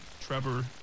Trevor